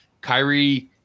Kyrie